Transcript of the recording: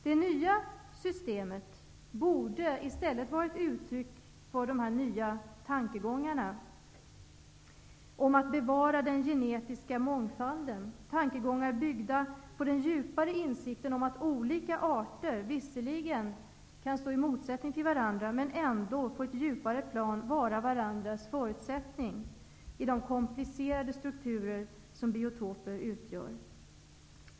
Det nya systemet borde i stället vara ett uttryck för de nya tankegångarna om att bevara den genetiska mångfalden, byggda på den djupare insikten om att olika arter visserligen kan stå i motsättning till varandra, men ändå på ett djupare plan vara varandras förutsättning i de komplicerade strukturer som biotoper utgör.